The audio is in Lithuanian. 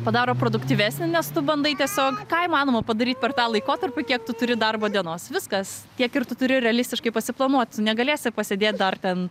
padaro produktyvesnį nes tu bandai tiesiog ką įmanoma padaryt per tą laikotarpį kiek tu turi darbo dienos viskas tiek ir tu turi realistiškai pasiplanuot tu negalėsi pasėdėt dar ten